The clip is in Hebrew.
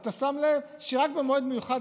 ואתה שם לב שרק במועד המיוחד,